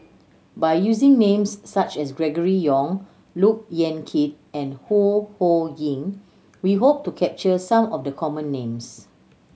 by using names such as Gregory Yong Look Yan Kit and Ho Ho Ying we hope to capture some of the common names